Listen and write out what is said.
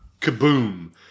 Kaboom